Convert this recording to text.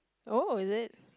oh is it